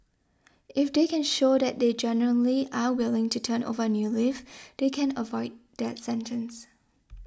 if they can show that they genuinely are willing to turn over a new leaf they can avoid that sentence